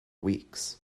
weeks